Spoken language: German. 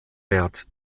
wert